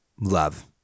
love